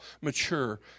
mature